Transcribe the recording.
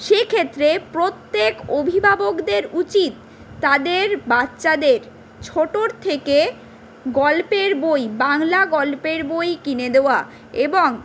সেক্ষেত্রে প্রত্যেক অভিভাবকদের উচিত তাদের বাচ্চাদের ছোটো থেকে গল্পের বই বাংলা গল্পের বই কিনে দেওয়া এবং